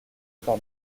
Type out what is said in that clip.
par